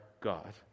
God